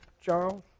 Charles